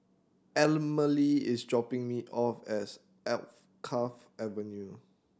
Emily is dropping me off as Alkaff Avenue